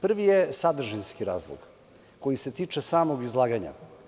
Prvi je sadržinski razlog koji se tiče samog izlaganja.